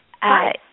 Hi